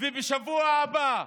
ובשבוע הבא,